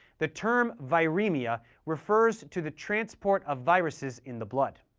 the term viremia refers to the transport of viruses in the blood.